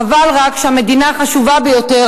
חבל רק שהמדינה החשובה ביותר,